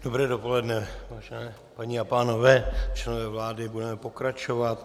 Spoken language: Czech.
Dobré dopoledne, vážené paní a pánové, členové vlády, budeme pokračovat.